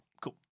cool